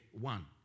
One